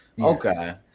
Okay